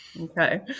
Okay